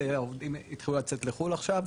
העובדים התחילו לצאת לחו"ל עכשיו,